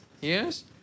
Yes